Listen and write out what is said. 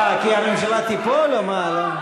אה, כי הממשלה תיפול, או מה?